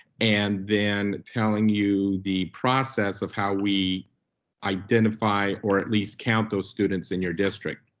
and then telling you the process of how we identify or at least count those students in your district.